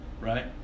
Right